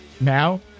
Now